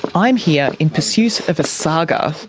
i'm here in pursuit of a saga.